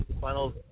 final